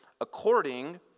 According